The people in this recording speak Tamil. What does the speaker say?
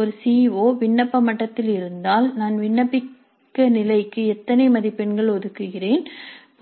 ஒரு சிஓ விண்ணப்ப மட்டத்தில் இருந்தால் நான் விண்ணப்பிக்க நிலைக்கு எத்தனை மதிப்பெண்கள் ஒதுக்குகிறேன்